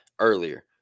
earlier